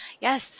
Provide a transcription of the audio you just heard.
Yes